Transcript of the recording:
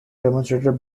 demonstrated